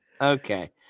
Okay